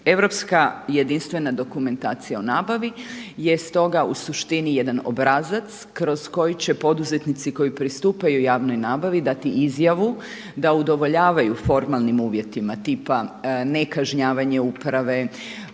Europska jedinstvena dokumentacija o nabavi je stoga u suštini jedan obrazac kroz koji će poduzetnici koji pristupaju javnoj nabavi dati izjavu da udovoljavaju formalnim uvjetima tipa nekažnjavanje uprave,